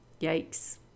Yikes